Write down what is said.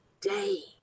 day